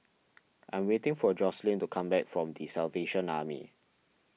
I am waiting for Jocelynn to come back from the Salvation Army